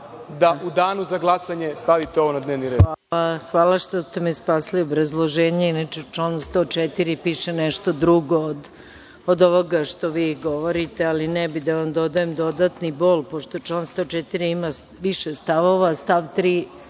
da u danu za glasanje stavite ovo na dnevni red. **Maja Gojković** Hvala što ste me spasili obrazloženja. Inače, u članu 104. piše nešto drugo od ovoga što vi govorite, ali ne bih da vam dodajem dodatni bol, pošto član 104. ima više stavova, a stav 3.